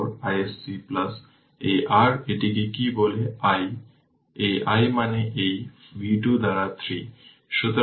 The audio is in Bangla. সুতরাং 16 স্কোয়ার 256 এবং এটি e এর পাওয়ার 10 t তাই 256 e এর পাওয়ার 10 t ওয়াট যা t 0 এর জন্য